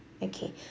okay